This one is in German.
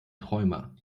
träumer